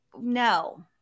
no